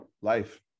Life